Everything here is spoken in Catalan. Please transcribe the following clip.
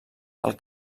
del